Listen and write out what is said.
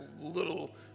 little